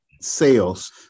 sales